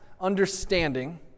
understanding